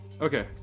Okay